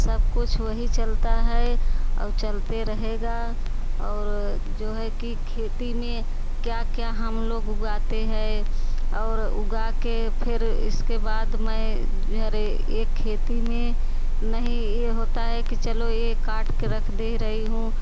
सब कुछ वही चलता है और चलते रहेगा और जो है कि खेती में क्या क्या हम लोग उगाते हैं और उगा के फिर इसके बाद में अरे एक खेती में नहीं ये होता है कि चलो ये काट के रख दे रही हूँ